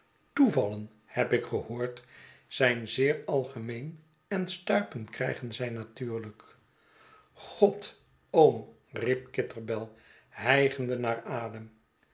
toevallen heb ik gehoord zijn zeer algemeen en stuipen krijgen zij natuurlijk god oom riep kitterbell hijgende naar adem